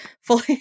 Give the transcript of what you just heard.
fully